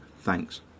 thanks